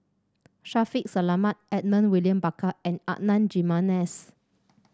Shaffiq Selamat Edmund William Barker and Adan Jimenez